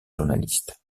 journalistes